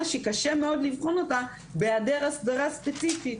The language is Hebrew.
שקשה מאוד לבחון אותה בהיעדר אסדרה ספציפית.